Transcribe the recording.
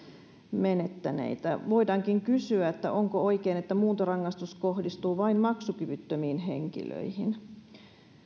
menettäneitä voidaankin kysyä onko oikein että muuntorangaistus kohdistuu vain maksukyvyttömiin henkilöihin